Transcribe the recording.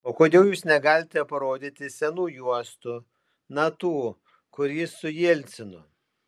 o kodėl jūs negalite parodyti senų juostų na tų kur jis su jelcinu